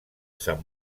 sant